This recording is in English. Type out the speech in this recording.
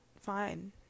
fine